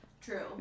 True